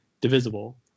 divisible